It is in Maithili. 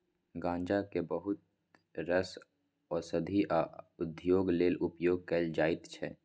गांजा केँ बहुत रास ओषध आ उद्योग लेल उपयोग कएल जाइत छै